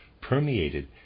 permeated